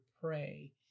pray